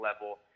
level